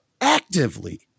actively